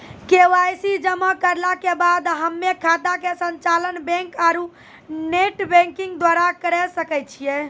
KYC जमा करला के बाद हम्मय खाता के संचालन बैक आरू नेटबैंकिंग द्वारा करे सकय छियै?